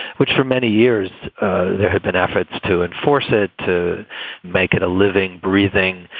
which for many years there had been efforts to enforce it, to make it a living, breathing,